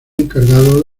encargado